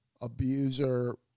abuser